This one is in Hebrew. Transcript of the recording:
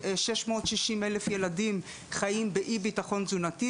660 אלף ילדים חיים באי ביטחון תזונתי,